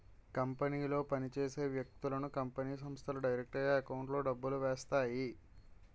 కంపెనీలో పని చేసే వ్యక్తులకు కంపెనీ సంస్థలు డైరెక్టుగా ఎకౌంట్లో డబ్బులు వేస్తాయి